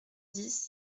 dix